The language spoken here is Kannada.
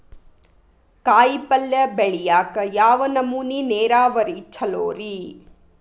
ಕಾಯಿಪಲ್ಯ ಬೆಳಿಯಾಕ ಯಾವ್ ನಮೂನಿ ನೇರಾವರಿ ಛಲೋ ರಿ?